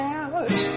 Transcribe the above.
out